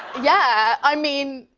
yeah. i mean,